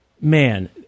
man